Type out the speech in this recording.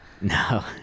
no